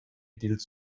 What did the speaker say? dils